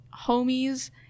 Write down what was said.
homies